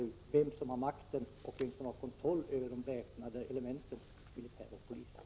Vi måste beakta vem som har makten och vem som har kontrollen över de väpnade elementen, militären och polisen.